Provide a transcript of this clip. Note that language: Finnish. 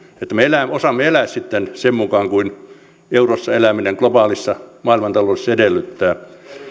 että me osaamme elää sitten sen mukaan mitä eurossa eläminen globaalissa maailmantaloudessa edellyttää